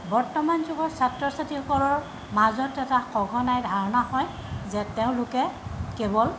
বৰ্তমান যুগৰ ছাত্ৰ ছাত্ৰীসকলৰ মাজত এটা সঘনাই ধাৰণা হয় যে তেওঁলোকে কেৱল